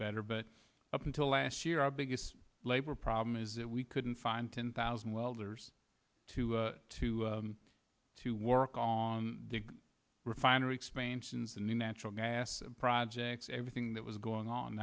better but up until last year our biggest labor problem is that we couldn't find ten thousand welders to to to work on the refinery expansions the new natural gas projects everything that was going on